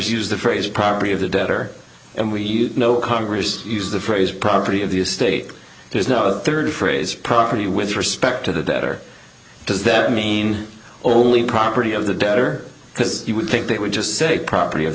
use the phrase property of the debtor and we know congress used the phrase property of the estate there's no third phrase property with respect to the debt or does that mean only property of the debtor because you would think they would just say property